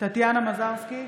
טטיאנה מזרסקי,